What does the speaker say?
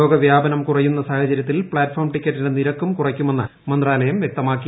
രോഗവ്യാപനം കുറയുന്ന സാഹചര്യത്തിൽ പ്ലാറ്റ്ഫോം ടിക്കറ്റിന്റെ നിരക്കും കുറയ്ക്കുമെന്ന് മന്ത്രാലയം വ്യക്തമാക്കി